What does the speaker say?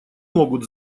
могут